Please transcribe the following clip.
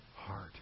heart